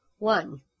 One